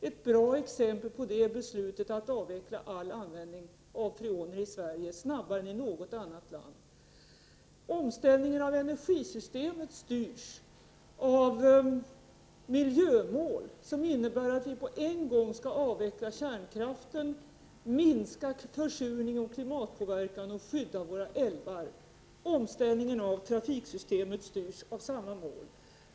Ett bra exempel på detta är beslutet att avveckla all användning av freoner i Sverige snabbare än i något annat land. Omställningen av energisystemet styrs av miljömål, som innebär att vi på en gång skall avveckla kärnkraften, minska försurningen och klimatpåverkan och skydda våra älvar. Omställningen av trafiksystemet styrs av samma mål.